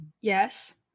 Yes